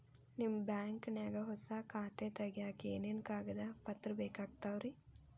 ನಿಮ್ಮ ಬ್ಯಾಂಕ್ ನ್ಯಾಗ್ ಹೊಸಾ ಖಾತೆ ತಗ್ಯಾಕ್ ಏನೇನು ಕಾಗದ ಪತ್ರ ಬೇಕಾಗ್ತಾವ್ರಿ?